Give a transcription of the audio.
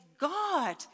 God